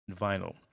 vinyl